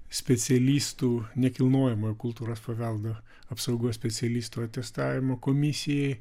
specialistų nekilnojamojo kultūros paveldo apsaugos specialistų atestavimo komisijai